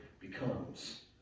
becomes